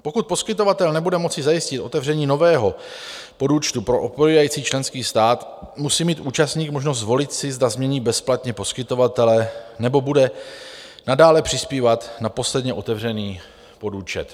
Pokud poskytovatel nebude moci zajistit otevření nového podúčtu pro odpovídající členský stát, musí mít účastník možnost zvolit si, zda změní bezplatně poskytovatele, nebo bude nadále přispívat na posledně otevřený podúčet.